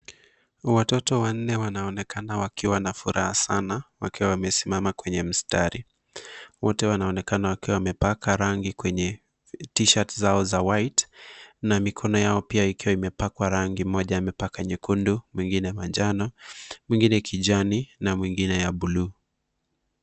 Watoto wanne wanaonekana wakiwa na furaha sana wakiwa wamesimama kwenye mstari, wote wanaonekana wakiwa wamepaka rangi T-shirts zao za White na mikono yao pia ikiwa imepakwa rangi moja amepaka nyekundu mwingine manjano wingine kijani na mwingine ya buluu.